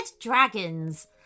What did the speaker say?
dragons